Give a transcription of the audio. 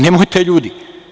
Nemojte, ljudi.